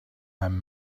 mijn